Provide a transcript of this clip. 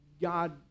God